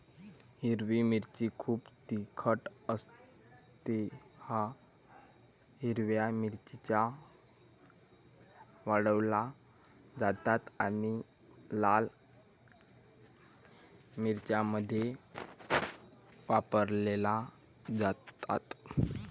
हिरवी मिरची खूप तिखट असतेः हिरव्या मिरच्या वाळवल्या जातात आणि लाल मिरच्यांमध्ये वापरल्या जातात